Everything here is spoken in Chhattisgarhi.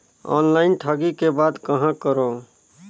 ऑनलाइन ठगी के बाद कहां करों?